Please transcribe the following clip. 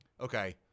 okay